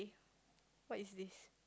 what is this